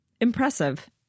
Impressive